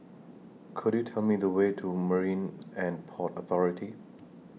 Could YOU Tell Me The Way to Marine and Port Authority